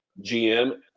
GM